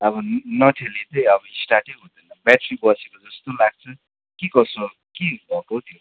अब न नठेली चाहिँ अब स्टार्टै हुँदैन ब्याट्री बसेको जस्तो लाग्छ कि कसो के भएको हौ त्यो